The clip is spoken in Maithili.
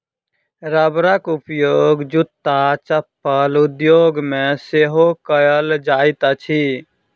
रबरक उपयोग जूत्ता चप्पल उद्योग मे सेहो कएल जाइत अछि